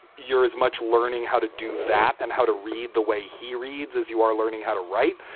you're as much learning how to do that and how to read the way he reads as you are learning how to write.